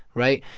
right?